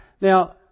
Now